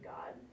God